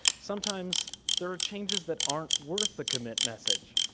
sometimes there are changes that aren't worth the commit message,